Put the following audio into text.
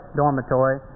dormitory